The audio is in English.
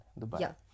Dubai